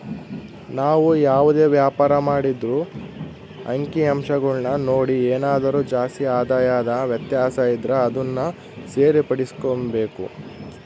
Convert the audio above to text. ನಾವು ಯಾವುದೇ ವ್ಯಾಪಾರ ಮಾಡಿದ್ರೂ ಅಂಕಿಅಂಶಗುಳ್ನ ನೋಡಿ ಏನಾದರು ಜಾಸ್ತಿ ಆದಾಯದ ವ್ಯತ್ಯಾಸ ಇದ್ರ ಅದುನ್ನ ಸರಿಪಡಿಸ್ಕೆಂಬಕು